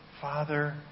Father